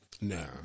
No